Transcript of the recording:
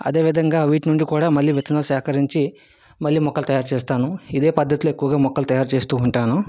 అదేవిధంగా వీటి నుండి కూడా మళ్ళీ విత్తనాలు సేకరించి మళ్ళీ మొక్కలు తయారు చేస్తాను ఇదే పద్ధతిలో ఎక్కువగా మొక్కలు తయారు చేస్తు ఉంటాను